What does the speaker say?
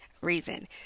Reason